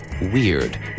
weird